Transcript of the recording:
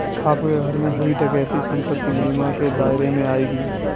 आपके घर में हुई डकैती संपत्ति बीमा के दायरे में आएगी